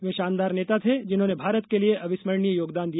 वे शानदार नेता थे जिन्होंने भारत के लिए अविस्मरणीय योगदान दिया